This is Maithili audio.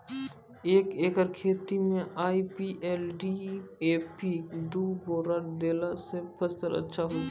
एक एकरऽ खेती मे आई.पी.एल डी.ए.पी दु बोरा देला से फ़सल अच्छा होय छै?